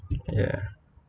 ya